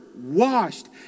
washed